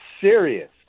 serious